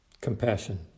Compassion